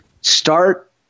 Start